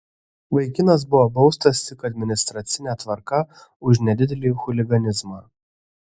vaikinas buvo baustas tik administracine tvarka už nedidelį chuliganizmą